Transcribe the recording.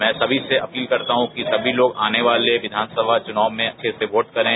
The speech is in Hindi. मैं सभी से अपील करता हूँ कि सभी लोग आने वाले विधानसभा चुनाव में अच्छे से वोट करें